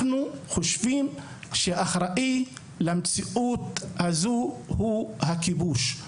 אנחנו חושבים שהאחראי למציאות הזאת הוא הכיבוש.